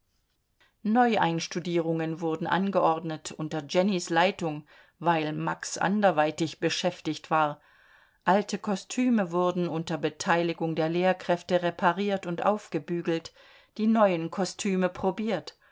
neueinstudierungen wurden angeordnet unter jennys leitung weil max anderweitig beschäftigt war alte kostüme wurden unter beteiligung der lehrkräfte repariert und aufgebügelt die neuen kostüme probiert